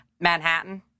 Manhattan